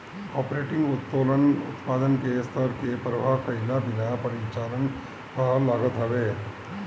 operating उत्तोलन उत्पादन के स्तर के परवाह कईला बिना परिचालन पअ लागत हवे